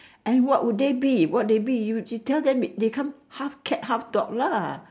and what would they be what they be you tell them they are half cat half dog